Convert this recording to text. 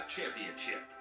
Championship